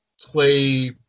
play